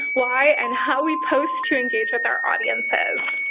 why, and how we post to engage with our audiences.